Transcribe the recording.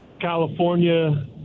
California